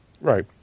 Right